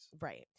Right